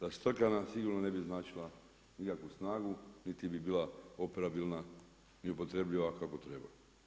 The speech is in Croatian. Raštrkana sigurno ne bi značila nikakvu snagu niti bi bila operabilna i upotrebljiva kako treba.